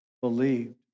believed